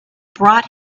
brought